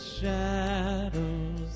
shadows